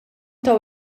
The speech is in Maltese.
taw